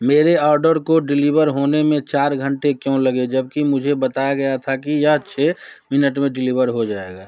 मेरे ऑर्डर को डिलीवर होने में चार घंटे क्यों लगे जबकि मुझे बताया गया था कि यह छः मिनट में डिलीवर हो जाएगा